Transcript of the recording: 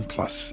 Plus